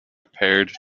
paired